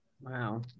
Wow